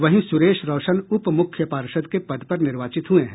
वहीं सुरेश रौशन उप मुख्य पार्षद् के पद पर निर्वाचित हुए हैं